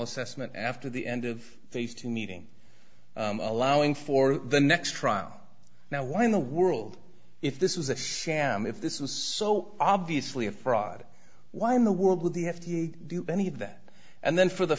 assessment after the end of phase two meeting allowing for the next trial now why in the world if this was a sham if this was so obviously a fraud why in the world with the f d a do any of that and then for the